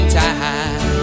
time